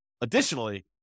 additionally